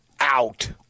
out